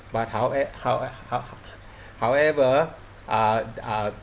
but howe~ howe~ how~ however uh uh